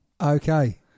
Okay